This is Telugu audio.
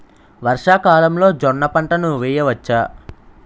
వర్షాకాలంలో జోన్న పంటను వేయవచ్చా?